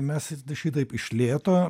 mes šitaip iš lėto